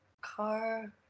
Car